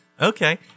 Okay